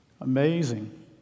Amazing